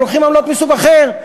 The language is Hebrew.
הם לוקחים עמלות מסוג אחר.